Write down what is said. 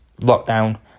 lockdown